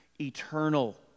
eternal